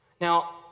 Now